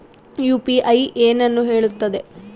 UPI ಏನನ್ನು ಹೇಳುತ್ತದೆ?